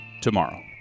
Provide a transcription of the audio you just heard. tomorrow